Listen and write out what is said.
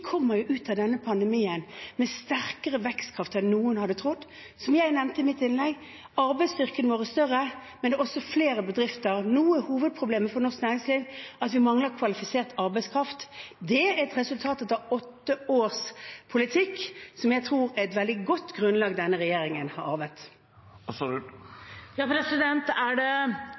kommer jo ut av denne pandemien med sterkere vekstkraft enn noen hadde trodd. Som jeg nevnte i mitt innlegg, er arbeidsstyrken vår større, men det er også flere bedrifter. Noe av hovedproblemet for norsk næringsliv er at vi mangler kvalifisert arbeidskraft. Det er et resultat etter åtte års politikk som jeg tror er et veldig godt grunnlag denne regjeringen har arvet.